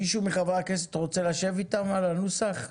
מישהו מחברי הכנסת רוצה לשבת איתם על הנוסח?